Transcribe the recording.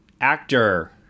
actor